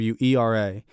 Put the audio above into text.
WERA